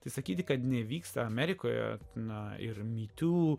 tai sakyti kad nevyksta amerikoje na ir mitų